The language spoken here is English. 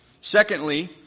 Secondly